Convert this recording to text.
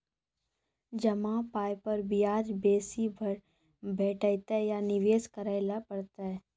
जमा पाय पर ब्याज बेसी भेटतै या निवेश केला पर?